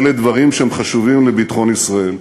אלה דברים שהם חשובים לביטחון ישראל.